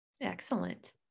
Excellent